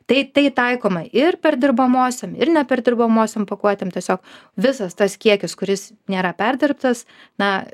tai tai taikoma ir perdirbamosiom ir neperdirbamosiom pakuotėm tiesiog visas tas kiekis kuris nėra perdirbtas na